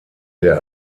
der